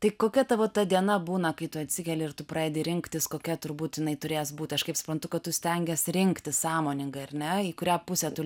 tai kokia tavo ta diena būna kai tu atsikeli ir tu pradedi rinktis kokia būtinai turės būti aš kaip suprantu kad tu stengiesi rinktis sąmoningai ar ne į kurią pusę tu